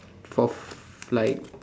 forth like